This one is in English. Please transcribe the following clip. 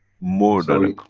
more than a.